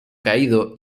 caído